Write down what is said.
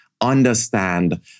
understand